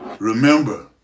Remember